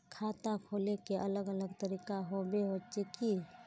खाता खोले के अलग अलग तरीका होबे होचे की?